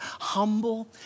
humble